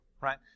right